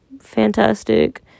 fantastic